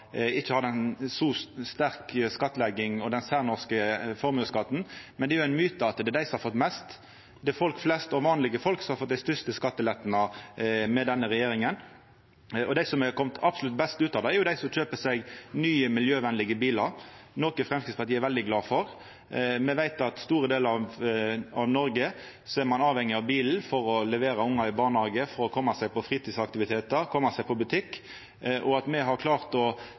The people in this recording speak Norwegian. ikkje har ei så sterk skattlegging og den særnorske formuesskatten. Men det er ein myte at det er dei som har fått mest. Det er folk flest og vanlege folk som har fått dei største skattelettane med denne regjeringa. Dei som har kome absolutt best ut av det, er dei som kjøper seg nye, miljøvenlege bilar, noko Framstegspartiet er veldig glad for. Me veit at ein i store delar av Noreg er avhengig av bilen for å levera ungar i barnehagen, koma seg på fritidsaktivitetar og på butikken. Me har klart å